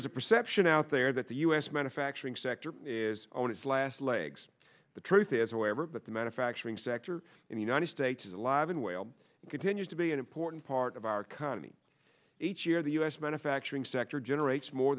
is a perception out there that the u s manufacturing sector is on its last legs the truth is however but the manufacturing sector in the united states is alive and will continue to be an important part of our company each year the u s manufacturing sector generates more